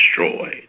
destroyed